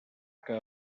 que